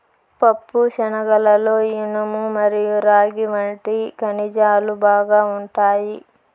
పప్పుశనగలలో ఇనుము మరియు రాగి వంటి ఖనిజాలు బాగా ఉంటాయి